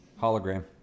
Hologram